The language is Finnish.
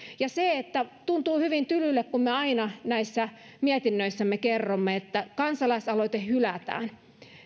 ja tuntuu hyvin tylylle kun me aina näissä mietinnöissämme kerromme että kansalaisaloite hylätään